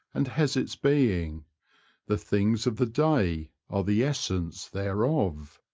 and has its being the things of the day are the essence thereof.